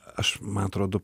aš man atrodo